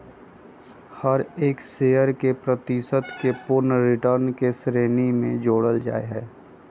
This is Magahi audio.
हर एक शेयर के प्रतिशत के पूर्ण रिटर्न के श्रेणी में जोडल जाहई